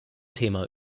thema